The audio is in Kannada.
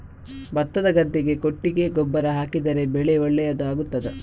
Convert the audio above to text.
ಭತ್ತದ ಗದ್ದೆಗೆ ಕೊಟ್ಟಿಗೆ ಗೊಬ್ಬರ ಹಾಕಿದರೆ ಬೆಳೆ ಒಳ್ಳೆಯದು ಆಗುತ್ತದಾ?